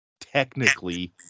technically